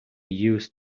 used